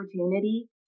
opportunity